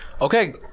Okay